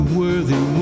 worthy